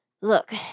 look